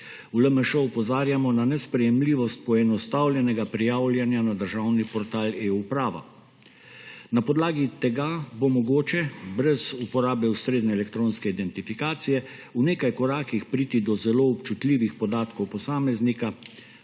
V LMŠ opozarjamo na nesprejemljivost poenostavljenega prijavljanja na državni portal eUprava. Na podlagi tega bo mogoče brez uporabe ustrezne elektronske identifikacije v nekaj korakih priti do zelo občutljivih podatkov posameznika,